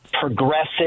progressive